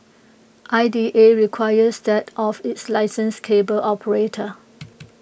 I D A requires that of its licensed cable operator